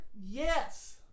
Yes